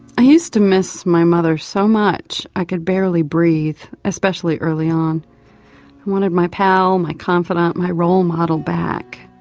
i used to miss my mother so much i could barely breathe, especially early on. i wanted my pal, my confidante, my role model back.